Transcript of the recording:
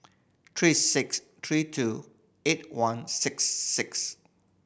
three six three two eight one six six